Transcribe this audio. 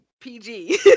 PG